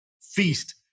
feast